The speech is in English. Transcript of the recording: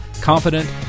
confident